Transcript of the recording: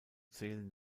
zählen